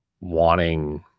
wanting